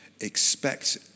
expect